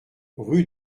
rue